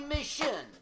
Mission